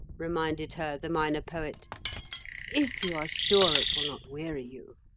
reminded her the minor poet if you are sure it will not weary you.